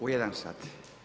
U 1 sat.